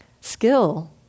skill